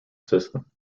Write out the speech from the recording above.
system